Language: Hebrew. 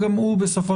שכרנו